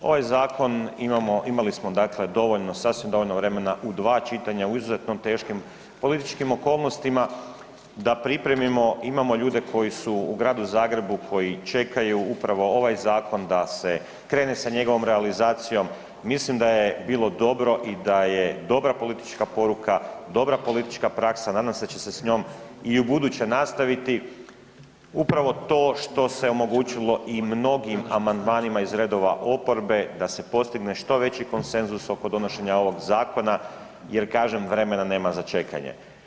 Ovaj zakon imamo, imali smo dakle dovoljno, sasvim dovoljno vremena u 2 čitanja u izuzetno teškim političkim okolnostima da pripremimo, imamo ljude koji su u Gradu Zagrebu, koji čekaju upravo ovaj zakon da se krene sa njegovom realizacijom, mislim da je bilo dobro i da je dobra politička poruka, dobra politička praksa, nadam se da će se s njom i ubuduće nastaviti, upravo to što se omogućilo i mnogim amandmanima iz redova oporbe da se postigne što veći konsenzus oko donošenja ovog zakona, jer kažem vremena nema za čekanje.